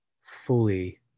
fully